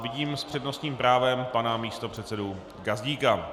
Vidím s přednostním právem pana místopředsedu Gazdíka.